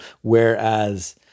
whereas